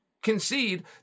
concede